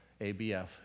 ABF